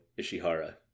Ishihara